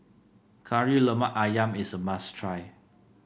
Kari Lemak ayam is a must try